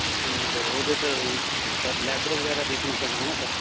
ਹਾਂਜੀ ਸਰ ਉਹਦੇ sir sir leather ਵਗੈਰਾ ਦੇਖਣੇ ਪੈਣਗੇ ਨਾ ਸਰ